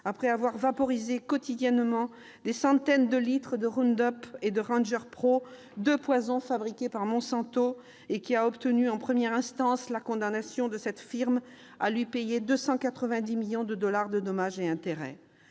après avoir vaporisé quotidiennement des centaines de litres de Roundup et de Ranger Pro, deux poisons fabriqués par Monsanto, et qui a obtenu en première instance la condamnation de cette firme à lui payer 290 millions de dollars de dommages et intérêts.